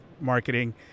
marketing